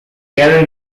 gary